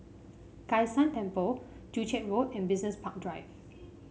Kai San Temple Joo Chiat Road and Business Park Drive